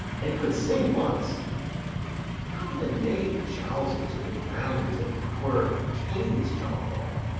and could sing once how the knave jowls it to the ground as if twere cain's jawbone,